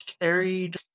carried